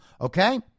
Okay